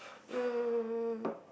um